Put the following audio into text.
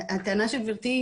הטענה של גברתי,